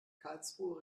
karlsruhe